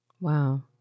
Wow